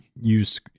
use